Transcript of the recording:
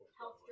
health